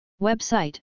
Website